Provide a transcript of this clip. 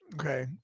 Okay